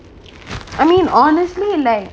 I mean honestly leh